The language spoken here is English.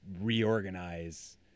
reorganize